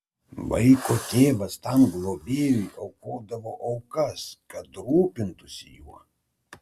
vaiko tėvas tam globėjui aukodavo aukas kad rūpintųsi juo